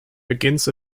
begins